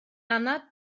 anad